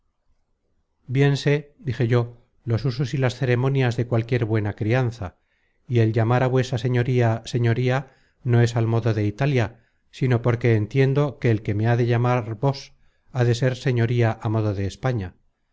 bien sé dije yo los usos y las ceremonias de cualquiera buena crianza y el llamar á vuesa señoría señoría no es al modo de italia sino porque entiendo que el que me ha de llamar vos ha de ser señoría á modo de españa